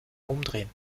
umdrehen